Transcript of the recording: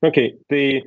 okei tai